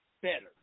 better